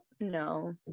no